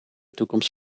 toekomst